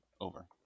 over